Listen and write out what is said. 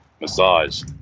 Massage